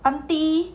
auntie